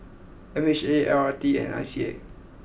M H A L R T and I C A